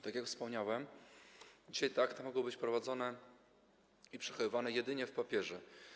Tak jak wspomniałem, dzisiaj te akta mogą być prowadzone i przechowywane jedynie na papierze.